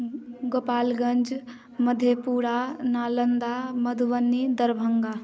Gopalganj Madhepura Nalanda Madhubani Darbhanga